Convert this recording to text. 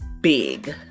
big